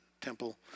temple